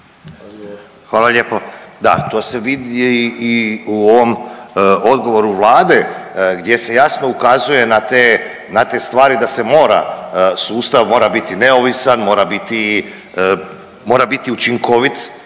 Hvala lijepo. Da, to se vidi i u ovom odgovoru Vlade gdje se jasno ukazuje na te, na te stvari da se mora, sustav mora biti neovisan, mora biti, mora biti